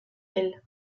elles